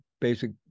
basic